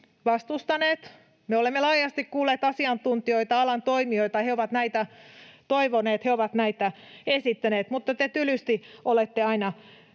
vastustaneet? Me olemme laajasti kuulleet asiantuntijoita, alan toimijoita, ja he ovat näitä toivoneet, he ovat näitä esittäneet, mutta te tylysti olette aina